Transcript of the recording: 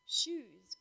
shoes